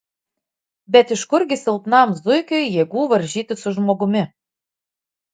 bet iš kurgi silpnam zuikiui jėgų varžytis su žmogumi